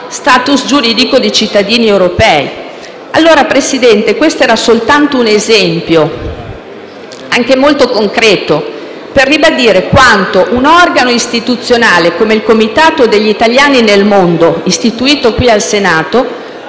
*status* giuridico di cittadini europei. Signor Presidente, questo era soltanto un esempio - anche molto concreto - per ribadire quanto un organo istituzionale come il Comitato per le questioni degli italiani all'estero, istituito qui al Senato,